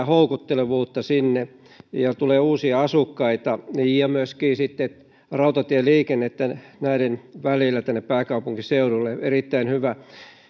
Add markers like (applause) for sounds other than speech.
(unintelligible) houkuttelevuutta asuinalueena ja tulee uusia asukkaita ja myöskin rautatieliikennettä tänne pääkaupunkiseudulle erittäin hyvä